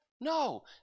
no